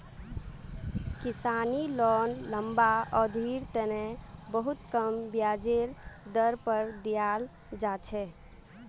किसानी लोन लम्बा अवधिर तने बहुत कम ब्याजेर दर पर दीयाल जा छे